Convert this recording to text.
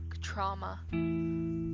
trauma